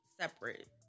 separate